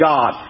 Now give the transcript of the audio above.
God